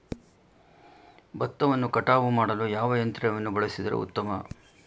ಭತ್ತವನ್ನು ಕಟಾವು ಮಾಡಲು ಯಾವ ಯಂತ್ರವನ್ನು ಬಳಸಿದರೆ ಉತ್ತಮ?